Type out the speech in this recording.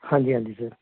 ਹਾਂਜੀ ਹਾਂਜੀ ਸਰ